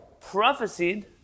prophesied